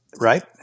right